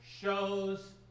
shows